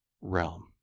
realm